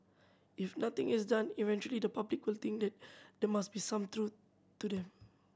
if nothing is done eventually the public will think that the must be some truth to them